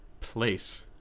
place